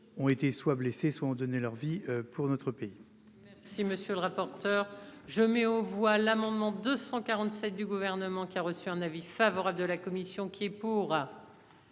Ont été soit blessés soit ont donné leur vie pour notre pays. Si monsieur le rapporteur. Je mets aux voix l'amendement 247 du gouvernement qui a reçu un avis favorable de la commission qui est pour.